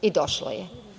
I došlo je.